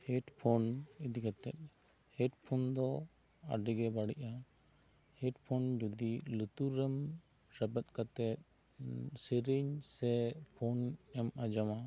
headphone ᱤᱫᱤ ᱠᱟᱛᱮᱜ headphone ᱫᱚ ᱟᱹᱰᱤ ᱜᱮ ᱵᱟᱹᱲᱤᱡᱼᱟ ᱦᱮᱰᱯᱷᱳᱱ ᱡᱩᱫᱤ ᱞᱩᱛᱩᱨ ᱨᱮ ᱨᱮᱵᱮᱫ ᱠᱟᱛᱮᱜ ᱥᱮᱨᱮᱧ ᱥᱮ ᱯᱷᱳᱱ ᱮᱢ ᱟᱸᱡᱚᱢᱟ